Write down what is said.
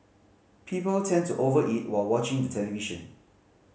people tend to over eat while watching the television